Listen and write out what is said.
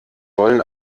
wollen